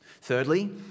Thirdly